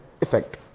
effect